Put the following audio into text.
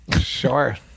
Sure